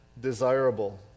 desirable